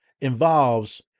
involves